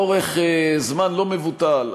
לאורך זמן לא מבוטל,